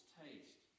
taste